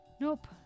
Nope